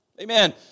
Amen